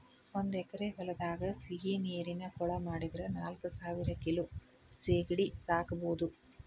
ಒಂದ್ ಎಕರೆ ಹೊಲದಾಗ ಸಿಹಿನೇರಿನ ಕೊಳ ಮಾಡಿದ್ರ ನಾಲ್ಕಸಾವಿರ ಕಿಲೋ ಸೇಗಡಿ ಸಾಕಬೋದು